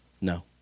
no